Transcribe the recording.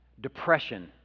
depression